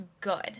good